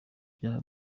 ibyaha